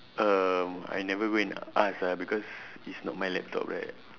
um I never go and ask ah because it's not my laptop right